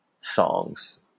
songs